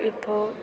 ഇപ്പോൾ